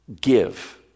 give